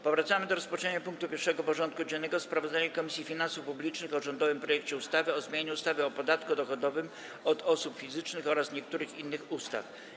Powracamy do rozpatrzenia punktu 1. porządku dziennego: Sprawozdanie Komisji Finansów Publicznych o rządowym projekcie ustawy o zmianie ustawy o podatku dochodowym od osób fizycznych oraz niektórych innych ustaw.